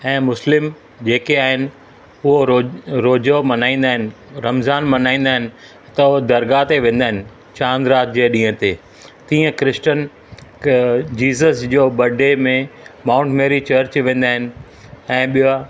ऐं मुस्लिम जेके आहिनि उहो रोजो मल्हाईंदा आहिनि रमज़ान मल्हाईंदा आहिनि त हो दरगाह ते वेंदा आहिनि चांद राति जे ॾींहं ते तीअं क्रिश्चन जीसस जो बडे में माउंट मैरी चर्च वेंदा आहिनि ऐं ॿिया